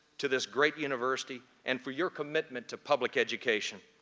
to this great university and for your commitment to public education.